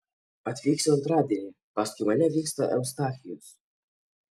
atvyksiu antradienį paskui mane vyksta eustachijus